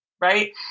Right